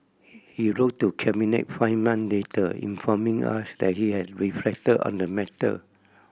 he wrote to Cabinet five month later informing us that he had reflected on the matter